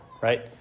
right